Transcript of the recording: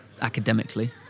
academically